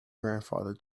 grandfather